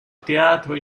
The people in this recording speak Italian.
teatro